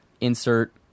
insert